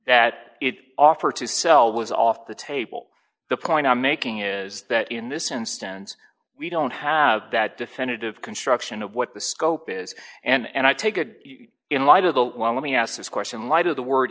it offer to sell was off the table the point i'm making is that in this instance we don't have that definitive construction of what the scope is and i take it in light of the well let me ask this question light of the word